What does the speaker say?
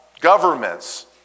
governments